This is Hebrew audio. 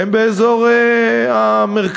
הן באזור המרכז,